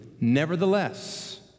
Nevertheless